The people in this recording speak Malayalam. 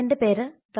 എൻറെ പേര് ഡോ